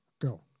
go